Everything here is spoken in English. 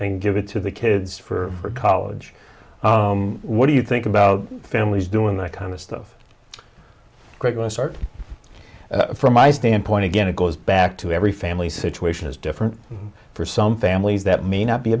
and give it to the kids for college what do you think about families doing that kind of stuff grego sort from my standpoint again it goes back to every family situation is different for some families that may not be